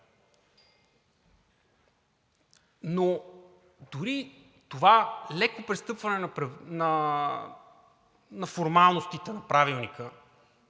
Но дори това леко престъпване на формалностите на Правилника